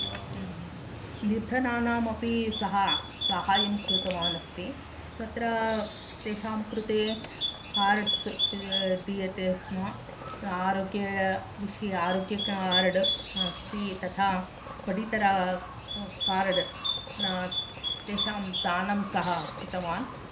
निर्धनानाम् अपि सः सहायं कृतवान् अस्ति तत्र तेषां कृते कार्ड्स् दीयते स्म आरोग्यविषये आरोग्यकार्ड् अस्ति तथा पडितर कार्ड् तेषां दानम् सः कृतवान्